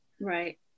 Right